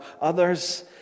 others